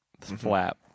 flap